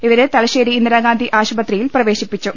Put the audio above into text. ഇവരെ തലശ്ശേരി ഇന്ദിരാഗാന്ധി ആശുപത്രിയിൽ പ്രവേശിപ്പിച്ചു